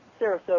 Sarasota